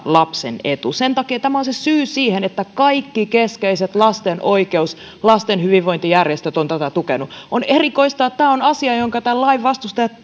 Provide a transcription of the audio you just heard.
lapsen etu tämä on se syy siihen että kaikki keskeiset lastenoikeus lasten hyvinvointijärjestöt ovat tätä tukeneet on erikoista että tämä on asia jonka tämän lain vastustajat